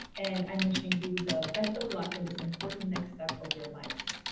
and i'm wishing you the best of luck in this important next step of your lives.